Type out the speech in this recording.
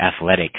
athletic